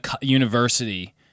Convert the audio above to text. University